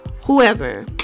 whoever